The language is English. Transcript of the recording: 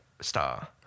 star